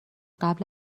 قبل